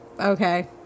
Okay